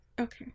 Okay